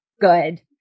good